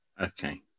Okay